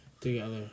...together